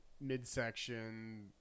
midsection